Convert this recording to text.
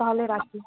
তাহলে রাখি